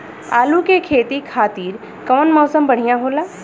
आलू के खेती खातिर कउन मौसम बढ़ियां होला?